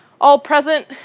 all-present